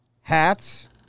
hats